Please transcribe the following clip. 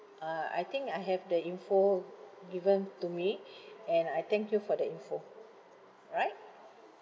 uh I think I have the info given to me and I thank you for the info right